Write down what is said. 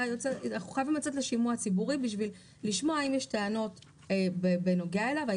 אנחנו חייבים לצאת לשימוע ציבורי בשביל לשמוע אם יש טענות בנוגע אליהם,